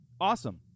awesome